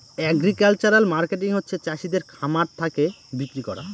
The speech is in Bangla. এগ্রিকালচারাল মার্কেটিং হচ্ছে চাষিদের খামার থাকে বিক্রি করা